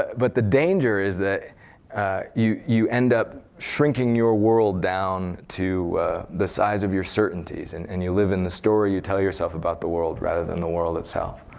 but the danger is that you you end up shrinking your world down to the size of your certainties. and and you live in the story you tell yourself about the world rather than the world itself.